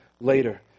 later